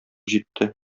җитте